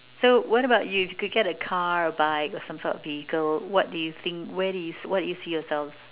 so what about you you could get a car a bike or some sort of vehicle what do you think where do you what do you see yourself